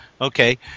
okay